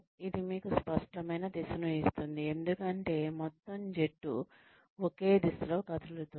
ఇది మీకు స్పష్టమైన దిశను ఇస్తుంది ఎందుకంటే మొత్తం జట్టు ఒకే దిశలో కదులుతోంది